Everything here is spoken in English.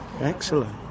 Excellent